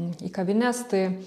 į kavines tai